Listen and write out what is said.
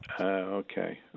Okay